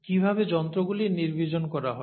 কীভাবে যন্ত্রগুলি নির্বীজন করা হয়